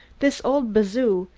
this old bazoo,